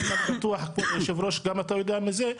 גם כבוד יושב הראש אתה יודע מזה,